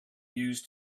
used